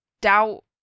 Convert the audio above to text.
doubt